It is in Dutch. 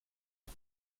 het